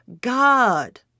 God